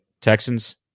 Texans